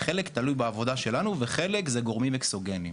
חלק תלוי בעבודה שלנו וחלק זה גורמים אקסוגניים.